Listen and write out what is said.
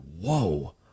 whoa